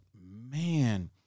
man